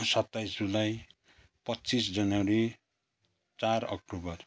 सत्ताइस जुलाई पच्चिस जनवरी चार अक्टोबर